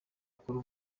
akora